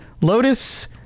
Lotus